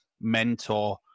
mentor